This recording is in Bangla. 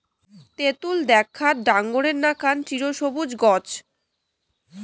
তেতুল দ্যাখ্যাত ডাঙরের নাকান চিরসবুজ গছ